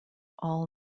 all